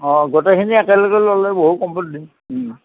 অঁ গোটেইখিনি একেলগে ল'লে বহুত কমত দিম